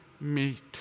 meet